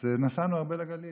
אז נסענו הרבה לגליל,